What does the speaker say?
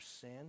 sin